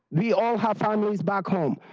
we all have families back home.